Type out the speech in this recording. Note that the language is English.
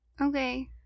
Okay